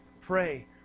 Pray